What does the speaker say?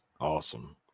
Awesome